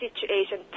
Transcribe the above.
situation